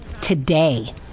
today